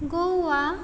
Goa